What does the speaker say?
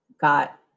got